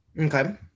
Okay